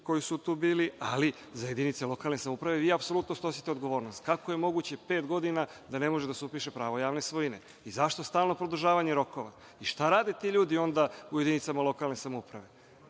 koji su tu bili, ali za jedinice lokalne samouprave vi apsolutno snosite odgovornost. Kako je moguće pet godina da ne može da se upiše pravo javne svojine? Zašto stalno produžavanje rokova? Šta rade ti ljudi onda u jedinicama lokalne samouprave? Meni